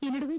ಈ ನಡುವೆ